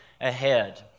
Ahead